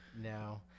No